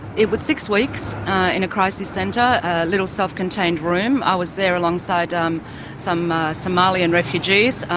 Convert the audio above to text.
it was six weeks in a crisis centre, a little self-contained room. i was there alongside um some somalian refugees,